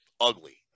ugly